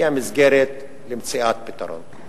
היא המסגרת למציאת פתרון.